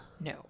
No